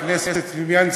חבר הכנסת סלומינסקי,